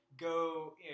Go